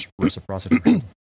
reciprocity